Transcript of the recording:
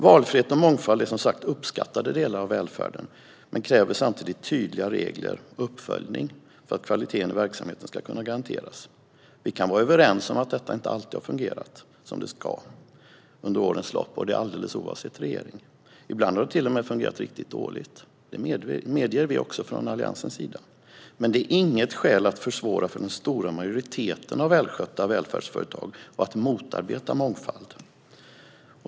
Valfrihet och mångfald är som sagt uppskattade delar av välfärden. Men det krävs tydliga regler och uppföljning för att kvaliteten i verksamheten ska kunna garanteras. Vi kan vara överens om att detta inte alltid har fungerat som det ska under årens lopp, och det alldeles oavsett regering. Ibland har det till och med fungerat riktigt dåligt - det medger vi också från Alliansens sida. Men det är inget skäl att försvåra för den stora majoriteten av välskötta välfärdsföretag och att motarbeta mångfald.